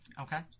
Okay